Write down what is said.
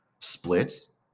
splits